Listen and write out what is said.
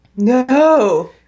no